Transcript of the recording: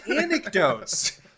anecdotes